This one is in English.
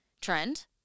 trend